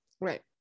Right